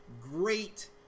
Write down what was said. Great